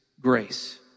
grace